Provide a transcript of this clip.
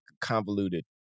convoluted